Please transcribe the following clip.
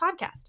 podcast